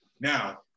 Now